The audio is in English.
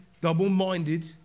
double-minded